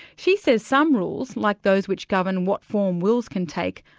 she says some rules, like those which govern what form wills can take,